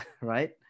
Right